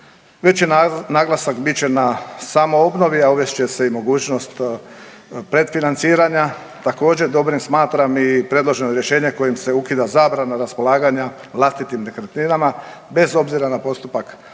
Veći naglasak bit će na samo obnovi, a uvest će se i mogućnost predfinanciranja. Također dobrim smatram i predloženo rješenje kojim se ukida zabrana raspolaganja vlastitim nekretninama bez obzira na postupak obnove.